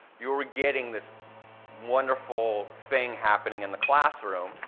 you're getting this wonderful thing happening in the classroom,